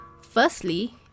Firstly